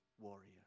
warrior